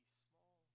small